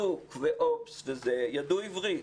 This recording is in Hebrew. לוקס והובס ידעו עברית.